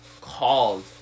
called